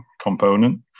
component